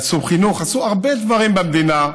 עשו חינוך, עשו הרבה דברים במדינה,